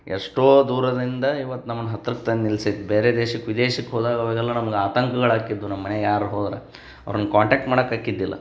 ಎಷ್ಟೋ ದೂರದಿಂದ ಇವತ್ತು ನಮ್ನ ಹತ್ರಕ್ಕೆ ತಂದು ನಿಲ್ಸಿದೆ ಬೇರೆ ದೇಶಕ್ಕೆ ವಿದೇಶಕ್ಕೆ ಹೋದಾಗ ಅವಾಗೆಲ್ಲ ನಮ್ಗೆ ಆತಂಕಗಳು ಆಕ್ತಿದ್ವು ನಮ್ಮ ಮನೆಗೆ ಯಾರು ಹೋದ್ರೆ ಅವ್ರನ್ನು ಕಾಂಟೆಕ್ಟ್ ಮಾಡಕ್ಕೆ ಆಕ್ತಿದ್ದಿಲ್ಲ